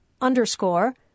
underscore